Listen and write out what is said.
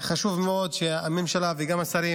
חשוב מאוד שהממשלה וגם השרים